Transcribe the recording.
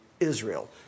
Israel